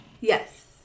Yes